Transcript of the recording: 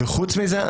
וחוץ מזה,